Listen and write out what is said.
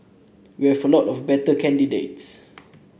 we have a lot of better candidates